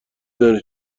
دانی